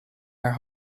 your